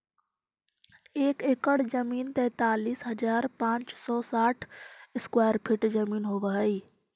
एक एकड़ जमीन तैंतालीस हजार पांच सौ साठ स्क्वायर फीट जमीन होव हई